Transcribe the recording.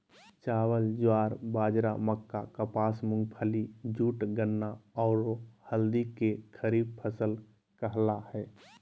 चावल, ज्वार, बाजरा, मक्का, कपास, मूंगफली, जूट, गन्ना, औरो हल्दी के खरीफ फसल कहला हइ